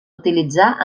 utilitzar